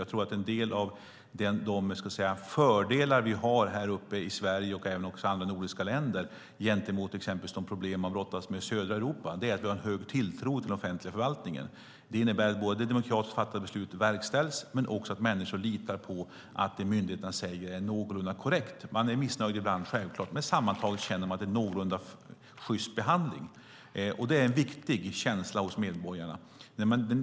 Jag tror att en fördel vi har i Sverige och andra nordiska länder jämfört med i exempelvis södra Europa är att vi har en hög tilltro till den offentliga förvaltningen. Det innebär både att demokratiskt fattade beslut verkställs och att människor litar på att det myndigheterna säger är någorlunda korrekt. Man är självklart missnöjd ibland, men sammantaget känner man sig någorlunda sjyst behandlad. Det är en viktig känsla för medborgarna.